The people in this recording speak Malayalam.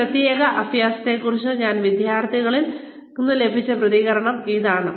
ഈ പ്രത്യേക അഭ്യാസത്തെക്കുറിച്ച് എന്റെ വിദ്യാർത്ഥികളിൽ നിന്ന് എനിക്ക് ലഭിച്ച പ്രതികരണം ഇതാണ്